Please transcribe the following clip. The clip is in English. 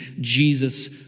Jesus